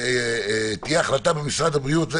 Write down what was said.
תהיה החלטה במשרד הבריאות,